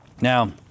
Now